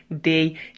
day